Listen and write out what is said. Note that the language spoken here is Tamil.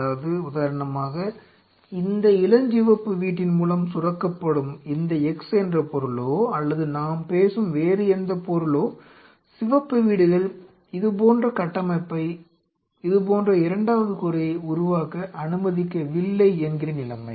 அதாவது உதாரணமாக இந்த இளஞ்சிவப்பு வீட்டின் மூலம் சுரக்கப்படும் இந்த x என்ற பொருளோ அல்லது நாம் பேசும் வேறு எந்த பொருளோ சிவப்பு வீடுகள் இதுபோன்ற கட்டமைப்பை இதுபோன்ற இரண்டாவது கூரையை உருவாக்க அனுமதிக்கவில்லை என்கிற நிலைமை